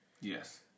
Yes